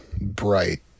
bright